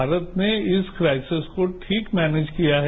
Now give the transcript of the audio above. भारत ने इस क्राइसेस को ठीक से मैनेज किया है